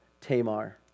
Tamar